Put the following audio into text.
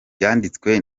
byanditswe